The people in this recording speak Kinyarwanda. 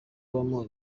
ubamo